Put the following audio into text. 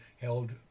held